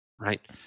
right